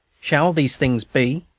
shall these things be?